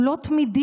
הוא לא תמידי,